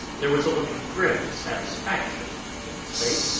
there was a look of grim satisfaction in his face,